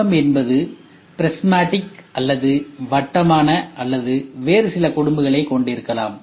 குடும்பம் என்பது பிரிஸ்மாடிக் அல்லது வட்டமான அல்லது வேறு சில குடும்பங்களைக் கொண்டிருக்கலாம்